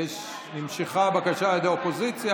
נמשכה הבקשה על ידי האופוזיציה,